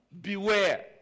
Beware